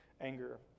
anger